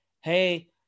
Hey